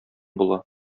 була